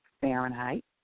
Fahrenheit